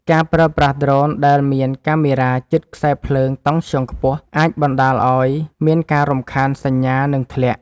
ការប្រើប្រាស់ដ្រូនដែលមានកាមេរ៉ាជិតខ្សែភ្លើងតង់ស្យុងខ្ពស់ អាចបណ្ដាលឱ្យមានការរំខានសញ្ញា និងធ្លាក់។